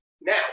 now